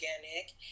organic